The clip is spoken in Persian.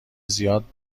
زیاد